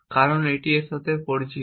কারণ এটি এর সাথে পরিচিত